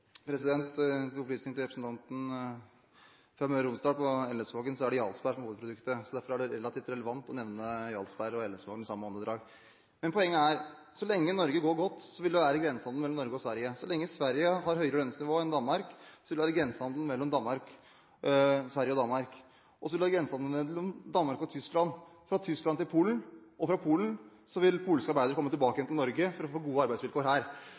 Til opplysning for representanten fra Møre og Romsdal: Ved Elnesvågen er det Jarlsberg som er hovedproduktet, derfor er det relativt relevant å nevne Jarlsberg og Elnesvågen i samme åndedrag. Poenget er: Så lenge Norge går godt, vil det være grensehandel mellom Norge og Sverige. Så lenge Sverige har høyere lønnsnivå enn Danmark, vil det være grensehandel mellom Sverige og Danmark. Så vil det være grensehandel mellom Danmark og Tyskland, mellom Tyskland og Polen, og fra Polen vil polske arbeidere komme tilbake til Norge for å få gode arbeidsvilkår her.